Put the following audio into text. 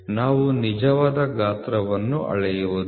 ನಾವು ನಿಜವಾದ ಗಾತ್ರವನ್ನು ಅಳೆಯುವುದಿಲ್ಲ